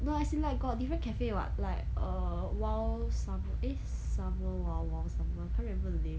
no as in like got different cafe [what] like err wild summer eh summer wild wild summer I can't remember the name